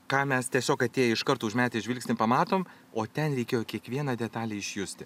ką mes tiesiog atėję iškart užmetę žvilgsnį pamatom o ten reikėjo kiekvieną detalę išjusti